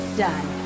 done